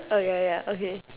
oh ya ya okay